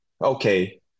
Okay